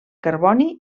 carboni